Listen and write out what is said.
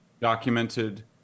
documented